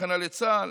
הכנה לצה"ל,